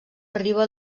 arriba